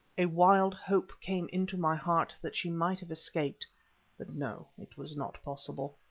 a wild hope came into my heart that she might have escaped but no, it was not possible.